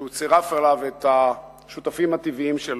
כשהוא צירף אליו את השותפים הטבעיים שלו.